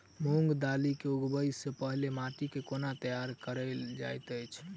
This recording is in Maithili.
मूंग दालि केँ उगबाई सँ पहिने माटि केँ कोना तैयार कैल जाइत अछि?